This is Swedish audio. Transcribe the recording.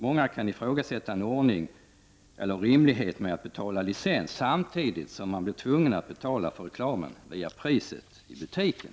Många kan ifrågasätta det rimliga i att betala licens samtidigt som det blir nödvändigt att betala reklamen via priset i butiken.